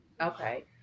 Okay